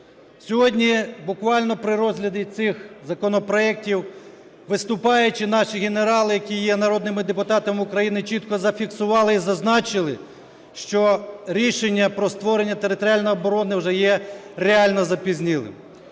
Сьогодні буквально при розгляді цих законопроектів, виступаючи, наші генерали, які є народними депутатами України, чітко зафіксували і зазначили, що рішення про створення територіальної оборони вже є реально запізнілим.